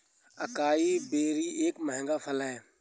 acai berry एक महंगा फल है